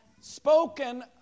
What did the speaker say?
spoken